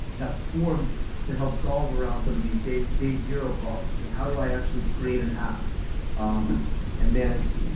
that formed to help solve around some of these day day zero problems of how do i actually create an app um and manage it?